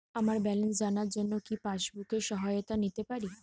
আমার ব্যালেন্স জানার জন্য কি পাসবুকের সহায়তা নিতে পারি?